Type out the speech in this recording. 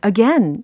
Again